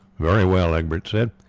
very well, egbert said,